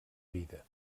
vida